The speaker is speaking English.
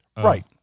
Right